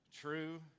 true